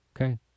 okay